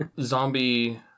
zombie